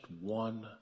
one